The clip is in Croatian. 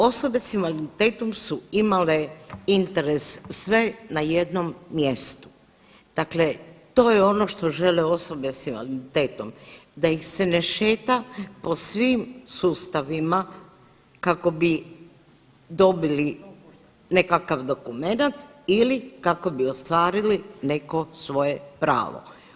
Osobe s invaliditetom su imale interes sve na jednom mjestu, dakle to je ono što žele osobe s invaliditetom da ih se ne šeta po svim sustavima kako bi dobili nekakav dokumenat ili kako bi ostvarili neko svoje pravo.